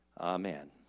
Amen